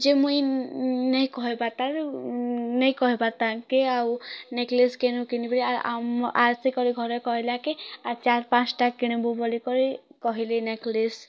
ଯେ ମୁଇଁ ନେହିଁ କହିବାଟାରୁ ନେହିଁ କହିବା ଟାକେ ଆଉ ନେକଲେସ୍ କେନୁ କିନିବେ ଆମ ଆସିକରି ଘରେ କହିଲାକେ ଆରୁ ଚାରି ପାଞ୍ଚଟା କିଣିବୁ ବୋଲିକରି କହିଲି ନେକଲେସ୍